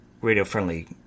radio-friendly